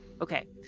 Okay